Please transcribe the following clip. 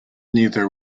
neither